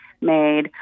made